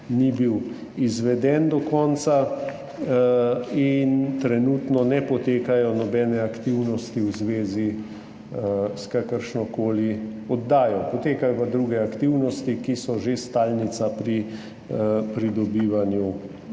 ni bil izveden do konca in trenutno ne potekajo nobene aktivnosti v zvezi s kakršnokoli oddajo, potekajo pa druge aktivnosti, ki so že stalnica pri pridobivanju